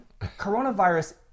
Coronavirus